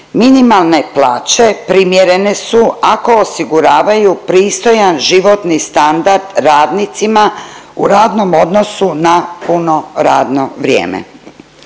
minimalne plaće primjerene su ako osiguravaju pristojan životni standard radnicima u radnom odnosu na puno radno vrijeme.